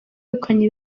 begukanye